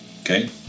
Okay